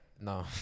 No